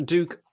Duke